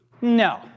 No